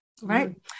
Right